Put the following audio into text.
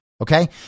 Okay